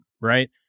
right